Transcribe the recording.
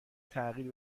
تغییر